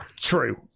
True